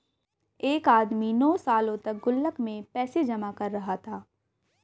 एक आदमी नौं सालों तक गुल्लक में पैसे जमा कर रहा था